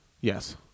yes